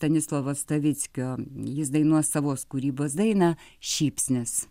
stanislovo stavickio jis dainuos savos kūrybos dainą šypsnis